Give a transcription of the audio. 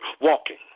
walking